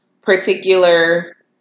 particular